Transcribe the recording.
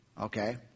Okay